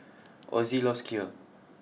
Osie loves Kheer